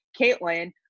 Caitlin